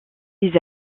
les